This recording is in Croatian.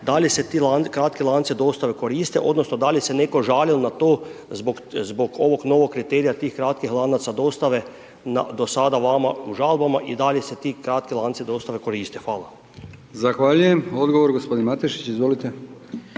da li se ti kratki lanci dostave koriste odnosno da li netko žalio na to zbog ovog novog kriterija tih kratkih lanaca dostave do sada vama u žalbama i da li se ti kratki lanci dostave koriste. Hvala. **Brkić, Milijan (HDZ)** Odgovor gospodin Matešić, izvolite.